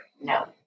No